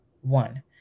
One